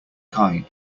kine